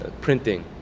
printing